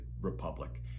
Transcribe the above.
republic